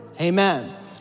Amen